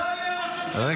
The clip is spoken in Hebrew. שלא יהיה ראש ממשלה.